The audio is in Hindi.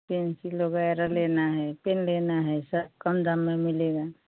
पेन्सिल वगैरह लेना है पेन लेना है सब कम दाम में मिलेगा